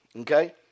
Okay